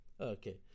okay